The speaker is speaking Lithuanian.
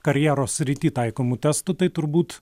karjeros srity taikomų testų tai turbūt